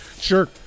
Sure